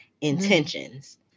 Intentions